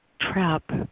trap